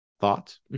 thoughts